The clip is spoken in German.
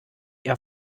ihr